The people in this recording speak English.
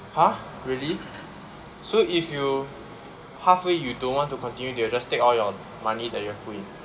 !huh! really so if you halfway you don't want to continue they'll just take all your money that you have put in